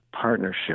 Partnership